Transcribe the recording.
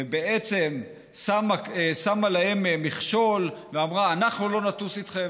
ובעצם שמה להם מכשול ואמרה: אנחנו לא נטוס איתכם,